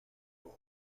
bulb